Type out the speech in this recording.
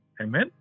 Amen